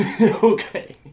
Okay